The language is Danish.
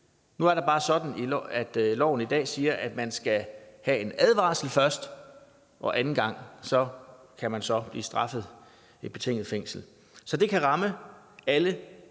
Nu er det bare sådan, at loven i dag siger, at man skal have en advarsel først, og anden gang kan man så blive straffet med betinget fængsel. Så det kan ramme alle.